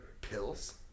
pills